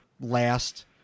last